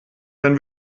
wenn